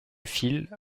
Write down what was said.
file